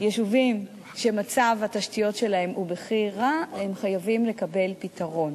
יישובים שמצב התשתיות שלהם בכי רע חייבים לקבל פתרון.